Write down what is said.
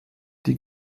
die